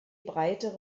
breitere